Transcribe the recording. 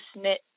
knit